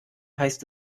heißt